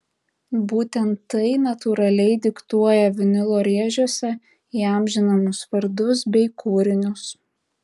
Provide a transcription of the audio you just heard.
būtent tai natūraliai diktuoja vinilo rėžiuose įamžinamus vardus bei kūrinius